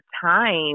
time